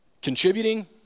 Contributing